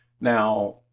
Now